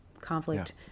conflict